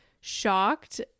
shocked